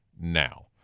now